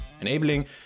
Enabling